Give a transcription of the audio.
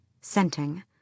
scenting